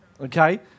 Okay